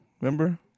Remember